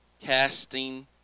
Casting